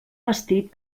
vestit